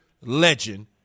legend